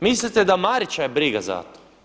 Mislite da Marića je briga za to?